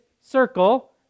circle